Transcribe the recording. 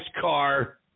car